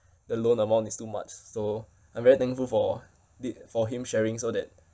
the loan amount is too much so I'm very thankful for di~ for him sharing so that